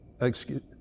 excuse